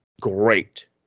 great